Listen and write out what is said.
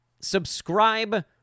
subscribe